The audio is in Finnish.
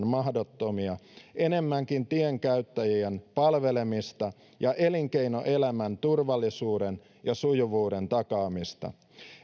mahdottomia enemmänkin tienkäyttäjien palvelemista ja elinkeinoelämän turvallisuuden ja sujuvuuden takaamista